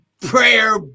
prayer